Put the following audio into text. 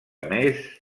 més